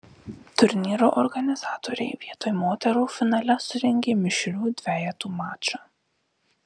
turnyro organizatoriai vietoj moterų finale surengė mišrių dvejetų mačą